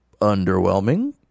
underwhelming